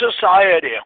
society